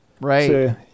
Right